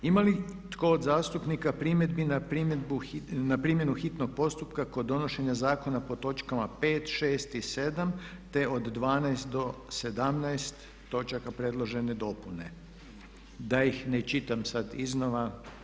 Ima li tko od zastupnika primjedbi na primjenu hitnog postupka pod donošenja zakona pod točkama 5., 6. i 7. te od 12. do 17. točaka predložene dopune, da ih ne čitam sada iznova?